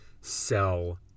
Sell